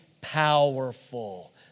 powerful